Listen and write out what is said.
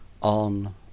on